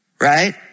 right